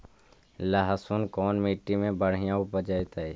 लहसुन कोन मट्टी मे बढ़िया उपजतै?